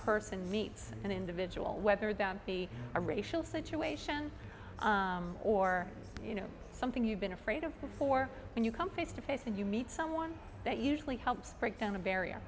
person meets an individual whether that be a racial situation or you know something you've been afraid of before and you come face to face and you meet someone that usually helps break down